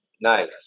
Nice